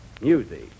music